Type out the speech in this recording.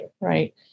right